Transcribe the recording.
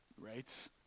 right